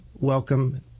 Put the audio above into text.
welcome